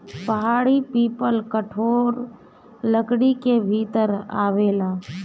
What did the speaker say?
पहाड़ी पीपल कठोर लकड़ी के भीतर आवेला